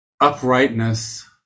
uprightness